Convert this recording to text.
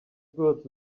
good